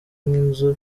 nk’inzu